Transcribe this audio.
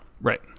Right